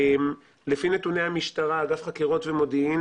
לפי נתוני המשטרה, אגף חקירות ומודיעין